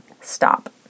Stop